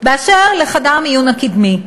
באשר לחדר המיון הקדמי,